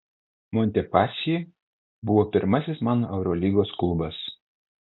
montepaschi buvo pirmasis mano eurolygos klubas